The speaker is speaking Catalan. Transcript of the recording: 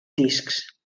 discs